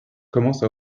commence